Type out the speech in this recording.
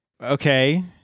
okay